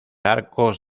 arcos